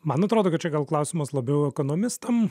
man atrodo kad čia gal klausimas labiau ekonomistam